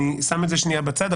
אני שם את זה שנייה בצד,